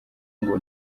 ngo